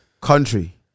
Country